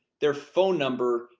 their phone number,